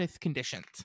conditions